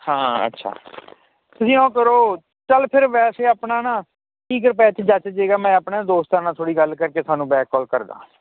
ਹਾਂ ਅੱਛਾ ਤੁਸੀਂ ਇਓਂ ਕਰੋ ਚੱਲ ਫੇਰ ਵੈਸੇ ਆਪਣਾ ਨਾ ਤੀਹ ਕ ਰੁਪਏ ਚ ਜੱਚ ਜਾਏਗਾ ਮੈਂ ਆਪਣੇ ਦੋਸਤਾਂ ਨਾਲ ਥੋੜੀ ਗੱਲ ਕਰਕੇ ਥੋਨੂੰ ਬੈਕ ਕਾਲ ਕਰਦਾ